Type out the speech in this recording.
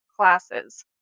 classes